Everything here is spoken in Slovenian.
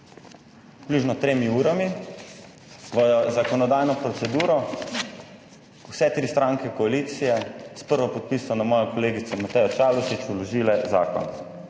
približno tremi urami svojo zakonodajno proceduro, vse 3 stranke koalicije, s prvopodpisano mojo kolegico Matejo Čalušić, vložile zakon,